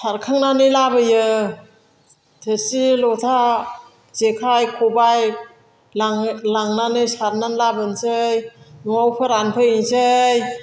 सारखांनानै लाबोयो थोरसि लथा जेखाइ खबाइ लांनानै सारनानै लाबोनोसै न'आव फोरान फैनोसै